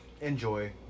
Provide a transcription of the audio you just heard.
enjoy